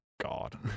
God